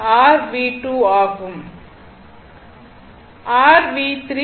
இது r V3